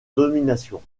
domination